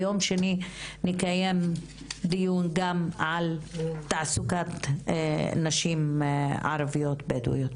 ביום שני נקיים דיון גם על תעסוקת נשים ערביות בדוויות.